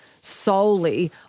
solely